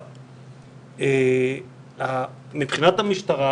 מבחינת המשטרה,